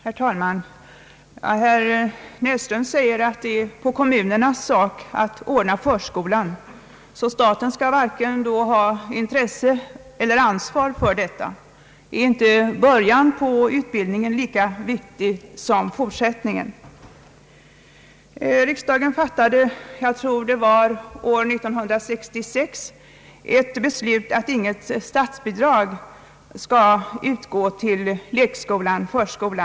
Herr talman! Herr Näsström säger, att det är kommunernas sak att ordna förskolor, precis som staten då varken skulle ha intresse eller ansvar för dessa. Är inte början på utbildningen lika viktig som fortsättningen? Riksdagen fattade, jag tror det var år 1966, ett beslut att inget statsbidrag skall utgå till lekskolor och förskolor.